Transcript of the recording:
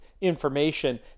information